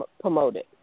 promoted